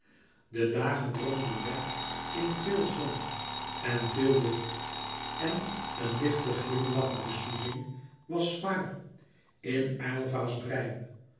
de dagen droomden weg in veel zon en veel lucht en een lichte glimlachende soezing was zwaar in aylva's brein